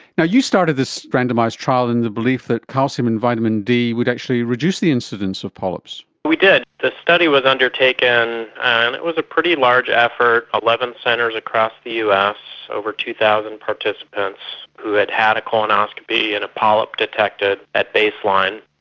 you know you started this randomised trial in the belief that calcium and vitamin d would actually reduce the incidence of polyps. we did. the study was undertaken and it was a pretty large effort, eleven centres across the us, over two thousand participants who had had a colonoscopy and a polyp detected at baseline,